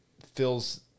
fills